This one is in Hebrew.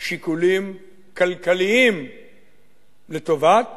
שיקולים כלכליים לטובת